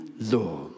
law